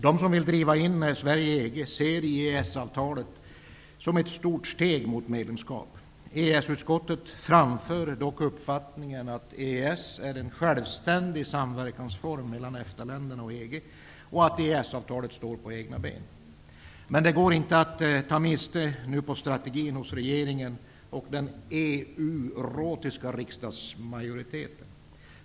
De som vill driva in Sverige i EG ser EES-avtalet som ett stort steg mot medlemskap. EES-utskottet framför dock uppfattningen att EES är en självständig samverkansform mellan EFTA länderna och EG och att EES-avtalet står på egna ben. Men det går inte att ta miste på strategin hos regeringen och den ''EU-rotiska'' riskdagsmajoriteten.